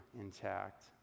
intact